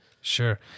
Sure